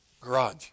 garage